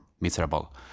miserable